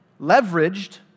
leveraged